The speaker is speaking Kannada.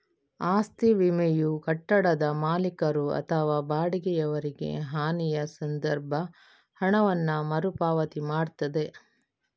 ಆಸ್ತಿ ವಿಮೆಯು ಕಟ್ಟಡದ ಮಾಲೀಕರು ಅಥವಾ ಬಾಡಿಗೆಯವರಿಗೆ ಹಾನಿಯ ಸಂದರ್ಭ ಹಣವನ್ನ ಮರು ಪಾವತಿ ಮಾಡ್ತದೆ